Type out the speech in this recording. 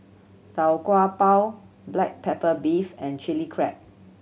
Tau Kwa Pau black pepper beef and Chili Crab